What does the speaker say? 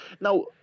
Now